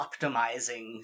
optimizing